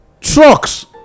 trucks